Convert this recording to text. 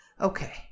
Okay